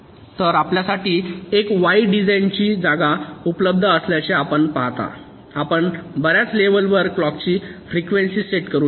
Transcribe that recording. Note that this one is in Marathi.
तर आपल्यासाठी एक वाइड डिझाइनची जागा उपलब्ध असल्याचे आपण पाहता आपण बर्याच लेवलंवर क्लॉकची फ्रिकवेंसी सेट करू शकता